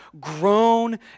grown